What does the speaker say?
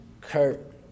Kurt